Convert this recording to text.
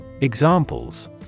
Examples